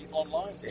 online